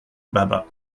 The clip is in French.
baba